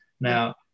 Now